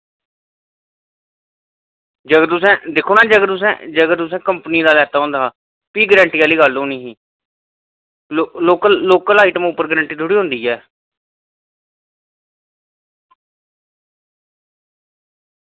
जेकर तुसें दिक्खो आं ना कंपनी दा लैता दा होंदा हा भी गारंटी आह्ली गल्ल होनी ही लोकल आईटम उप्पर गारंटी थोह्ड़े होंदी ऐ